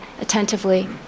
attentively